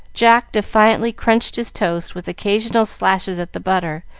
jack defiantly crunched his toast, with occasional slashes at the butter,